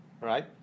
right